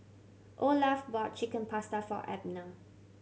Olaf bought Chicken Pasta for Abner